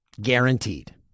guaranteed